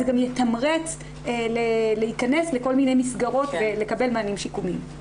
זה גם יתמרץ להיכנס לכל מיני מסגרות כדי לקבל מענים שיקומיים.